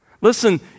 Listen